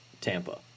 Tampa